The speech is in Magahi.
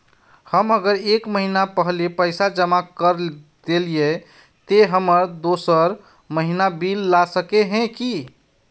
हम अगर एक महीना पहले पैसा जमा कर देलिये ते हम दोसर महीना बिल ला सके है की?